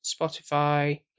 spotify